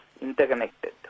interconnected